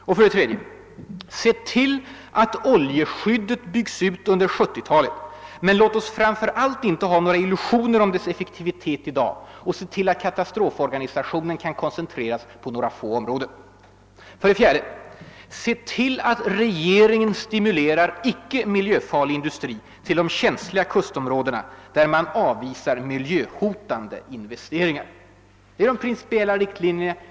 Se för det tredje till att oljeskyddet byggs ut under 1970-talet — låt oss framför allt inte ha några illusioner om dess effektivitet i dag — och se till att katastroforganisationen kan koncentreras till några få områden. Se för det fjärde till att regeringen stimulerar icke miljöfarlig industri till de känsliga kustområden där man avvisar miljöhotande investeringar. Detta är de principiella riktlinjerna.